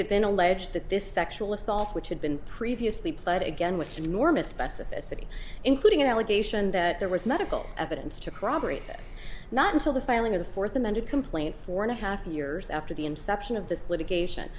it been alleged that this sexual assault which had been previously played again with enormous specificity including an allegation that there was medical evidence to corroborate this not until the filing of the fourth amended complaint four and a half years after the inception of this litigation